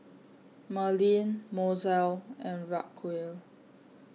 Merlyn Mozell and Racquel